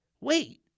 wait